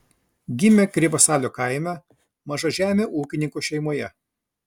gimė krivasalio kaime mažažemių ūkininkų šeimoje